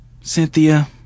cynthia